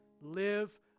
Live